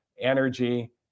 energy